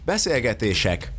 Beszélgetések